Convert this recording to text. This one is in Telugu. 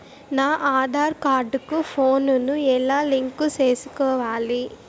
నా ఆధార్ కార్డు కు ఫోను ను ఎలా లింకు సేసుకోవాలి?